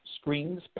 screens